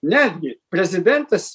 netgi prezidentas